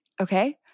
okay